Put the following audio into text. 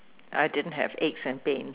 I didn't have aches and pain